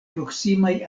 proksimaj